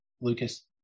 Lucas